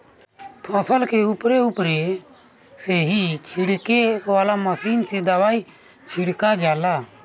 फसल के उपरे उपरे से ही छिड़के वाला मशीन से दवाई छिड़का जाला